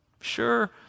sure